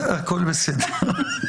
הכל בסדר,